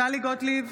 טלי גוטליב,